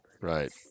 right